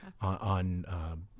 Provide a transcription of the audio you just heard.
on